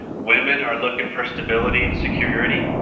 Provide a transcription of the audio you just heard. women are looking for stability and security,